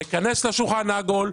להיכנס לשולחן העגול,